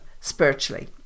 spiritually